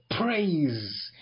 praise